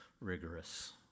rigorous